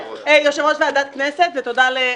אולי